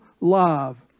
love